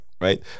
right